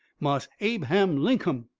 marse ab'ham linkum,